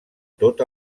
tot